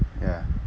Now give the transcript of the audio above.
ya